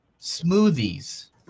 smoothies